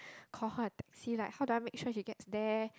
call her a taxi like how do I make sure she gets there